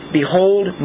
behold